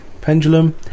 Pendulum